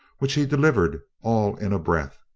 which he delivered all in a breath